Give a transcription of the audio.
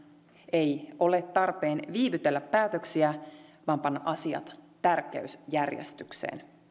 ei ole tarpeen viivytellä päätöksiä vaan täytyy panna asiat tärkeysjärjestykseen